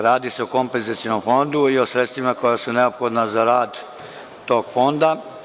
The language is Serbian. Radi se o Kompenzacionom fondu i o sredstvima koja su neophodna za rad tog fonda.